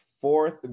fourth